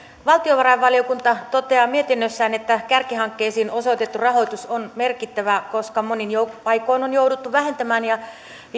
valtiovarainvaliokunta toteaa mietinnössään että kärkihankkeisiin osoitettu rahoitus on merkittävää koska monin paikoin on jouduttu vähentämään ja